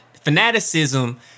fanaticism